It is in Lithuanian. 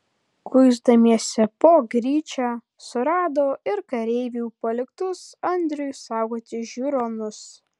kuisdamiesi po gryčią surado ir kareivių paliktus andriui saugoti žiūronus